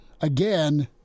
again